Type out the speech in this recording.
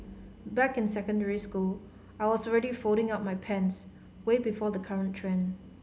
back in secondary school I was already folding up my pants way before the current trend